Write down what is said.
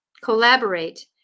collaborate